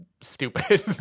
stupid